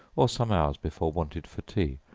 or some hours before wanted for tea,